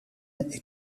est